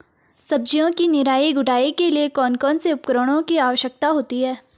सब्जियों की निराई गुड़ाई के लिए कौन कौन से उपकरणों की आवश्यकता होती है?